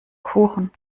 kuchen